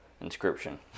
inscription